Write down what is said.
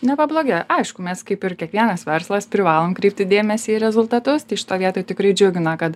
nepablogėjo aišku mes kaip ir kiekvienas verslas privalom kreipti dėmesį į rezultatus tai šitoj vietoj tikrai džiugina kad